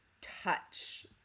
touch